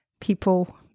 people